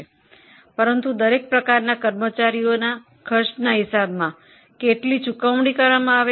પરંતુ પડતર હિસાબી કરણમાં દરેક પ્રકારના કર્મચારીઓને કેટલી ચૂકવણી કરવામાં આવે છે